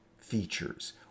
features